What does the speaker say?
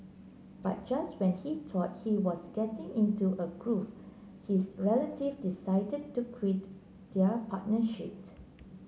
but just when he thought he was getting into a groove his relative decided to quit their partnership